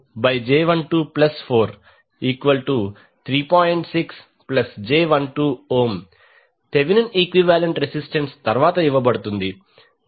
2 Thevenin equivalent resistance తరువాత ఇవ్వబడుతుంది ZThZ1Z26